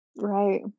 Right